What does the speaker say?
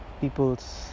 people's